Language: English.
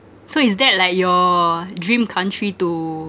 so is that like your dream country to